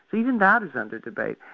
but even that is under debate.